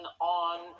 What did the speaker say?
on